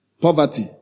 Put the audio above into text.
poverty